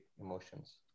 emotions